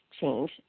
change